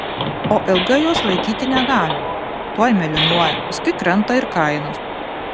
o ilgai jos laikyti negalima tuoj mėlynuoja paskui krenta ir kainos